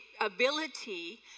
ability